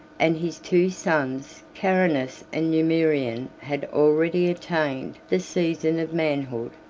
and his two sons, carinus and numerian had already attained the season of manhood.